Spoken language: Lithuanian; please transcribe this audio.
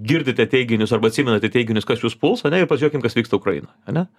girdite teiginius arba atsimenate teiginius kas jus puls ane ir pažiūrėkim kas vyksta ukrainoj ane